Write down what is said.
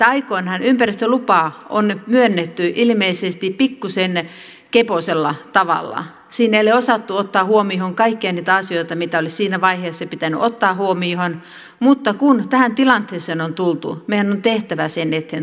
aikoinaan ympäristölupa on myönnetty ilmeisesti pikkuisen keposella tavalla siinä ei ole osattu ottaa huomioon kaikkia niitä asioita mitä olisi siinä vaiheessa pitänyt ottaa huomioon mutta kun tähän tilanteeseen on tultu meidän on tehtävä sen eteen toimenpiteitä